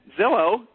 Zillow